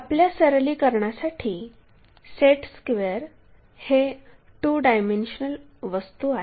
आपल्या सरलीकरणासाठी set square ही 2 डायमेन्शनल वस्तू आहे